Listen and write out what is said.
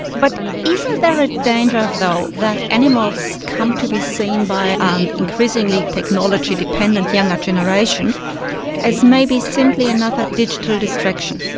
but isn't there a danger though that animals come to be seen by an increasingly technology dependent younger generation as may be simply another digital destruction,